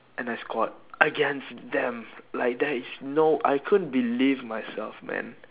and I scored against them like there is no I couldn't believe myself man